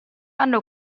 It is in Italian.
anno